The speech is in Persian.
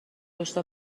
پشت